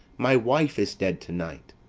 my wife is dead to-night!